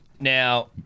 Now